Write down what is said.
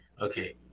okay